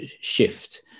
shift